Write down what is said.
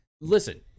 Listen